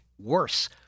worse